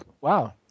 wow